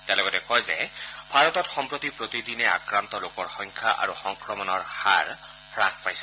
তেওঁ লগতে কয় যে ভাৰতত সম্প্ৰতি প্ৰতিদিনে আক্ৰান্ত লোকৰ সংখ্যা আৰু সংক্ৰমণৰ হাৰ হাস পাইছে